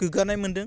गोग्गानाय मोन्दों